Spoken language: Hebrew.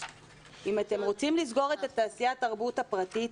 אם אתם רוצים לסגור את תעשיית התרבות הפרטית,